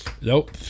Nope